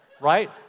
right